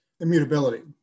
immutability